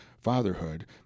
fatherhood